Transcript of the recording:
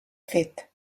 fet